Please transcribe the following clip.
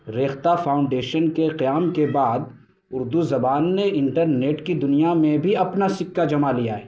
Rekhta foundation کے قیام کے بعد اردو زبان نے انٹرنیٹ کی دنیا میں بھی اپنا سکّہ جمع لیا ہے